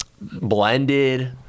blended